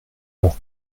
leur